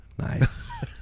nice